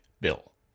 bill